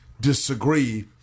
disagree